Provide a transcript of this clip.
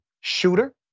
shooter